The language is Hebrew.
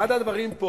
אחד הדברים פה